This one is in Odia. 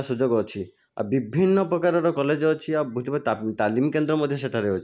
ସୁଯୋଗ ଅଛି ଆଉ ବିଭିନ୍ନ ପ୍ରକାରର କଲେଜ ଅଛି ଆଉ ତାଲିମ କେନ୍ଦ୍ର ମଧ୍ୟ ସେଠାରେ ଅଛି